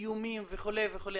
איומים וכו' וכו',